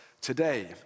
today